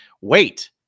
wait